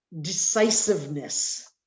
decisiveness